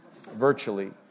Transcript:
virtually